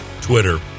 Twitter